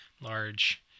large